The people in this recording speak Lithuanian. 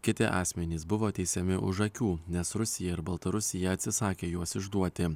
kiti asmenys buvo teisiami už akių nes rusija ir baltarusija atsisakė juos išduoti